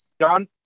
John